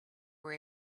were